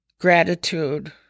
Gratitude